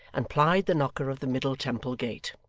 and plied the knocker of the middle temple gate.